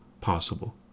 possible